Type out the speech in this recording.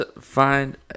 find